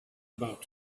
about